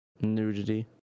nudity